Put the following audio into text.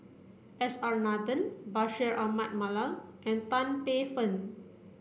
S R Nathan Bashir Ahmad Mallal and Tan Paey Fern